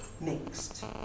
mixed